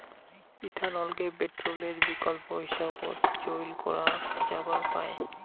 ইথানলকে পেট্রলের বিকল্প হিসাবত চইল করা যাবার পায়